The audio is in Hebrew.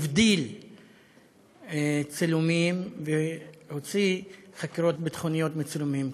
הבדיל צילומים והוציא חקירות ביטחוניות מצילומים.